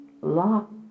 locked